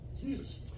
Jesus